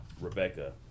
Rebecca